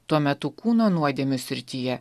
tuo metu kūno nuodėmių srityje